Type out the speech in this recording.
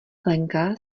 lenka